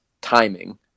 timing